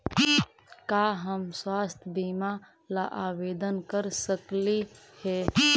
का हम स्वास्थ्य बीमा ला आवेदन कर सकली हे?